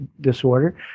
disorder